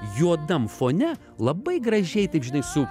juodam fone labai gražiai taip žinai su